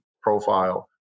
profile